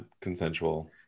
consensual